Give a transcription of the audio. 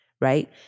Right